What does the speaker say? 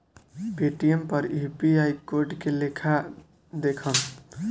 Paytm पर UPI code के लेखा देखम?